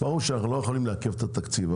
ברור שאנחנו לא יכולים לעכב את התקציב,